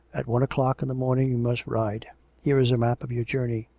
at one o'clock in the morning you must ride here is a map of your journey.